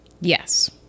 Yes